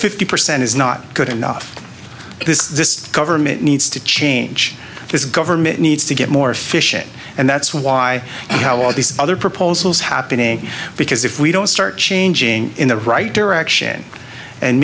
fifty percent is not good enough this government needs to change this government needs to get more efficient and that's why and how all these other proposals happening because if we don't start changing in the right direction and